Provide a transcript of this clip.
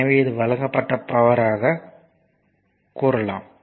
எனவே வழங்கப்படும் power P1 16 10 160 watt ஆகும்